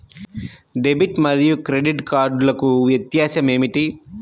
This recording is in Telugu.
డెబిట్ మరియు క్రెడిట్ కార్డ్లకు వ్యత్యాసమేమిటీ?